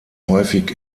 häufig